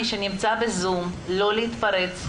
מי שנמצא בזום לא להתפרץ.